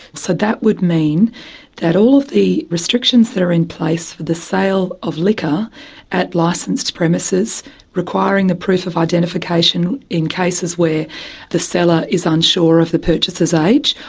so that would mean that all of the restrictions that are in place for the sale of liquor at licensed premises requiring the proof of identification in cases where the seller is unsure of the purchaser's age,